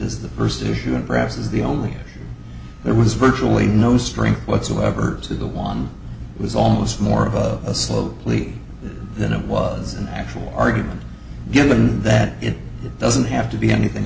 is the first issue and perhaps is the only or there was virtually no strength whatsoever to the one was almost more of a slow plea than it was an actual argument given that it doesn't have to be anything